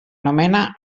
nomena